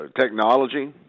technology